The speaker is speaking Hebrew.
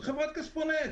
חברת כספונט.